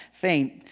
faint